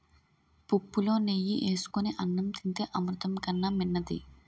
పుప్పులో నెయ్యి ఏసుకొని అన్నం తింతే అమృతం కన్నా మిన్నది